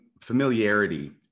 familiarity